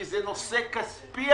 כי זה נושא כספי,